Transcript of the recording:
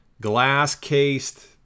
glass-cased